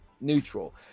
neutral